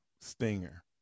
stinger